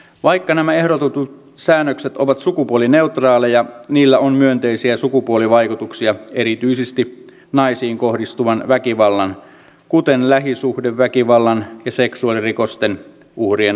vaikka nämä ehdotetut säännökset ovat sukupuolineutraaleja niillä on myönteisiä sukupuolivaikutuksia erityisesti naisiin kohdistuvan väkivallan kuten lähisuhdeväkivallan ja seksuaalirikosten uhrien asemaan